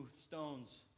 stones